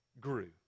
grew